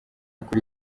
kuri